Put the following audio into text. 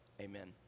Amen